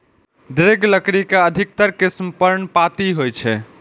दृढ़ लकड़ी के अधिकतर किस्म पर्णपाती होइ छै